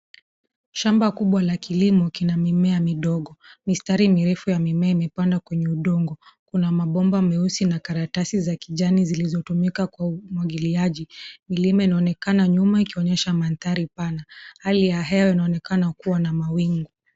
Shamba kubwa la kilimo kina mimea midogo. Mistari mirefu ya mimea imepandwa kwenye udongo. Kuna mabomba meusi na karatasi za kijani zilizotumika kwa umwagiliaji. Milima inaonekana nyuma ikionyesha mandhari pana. Hali ya hewa inaonekana kuwa na mawingu.